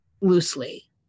loosely